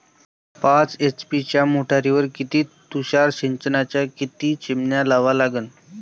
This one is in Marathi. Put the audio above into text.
पाच एच.पी च्या मोटारीवर किती तुषार सिंचनाच्या किती चिमन्या लावा लागन?